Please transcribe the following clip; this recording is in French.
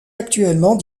actuellement